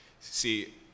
See